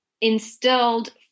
instilled